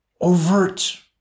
overt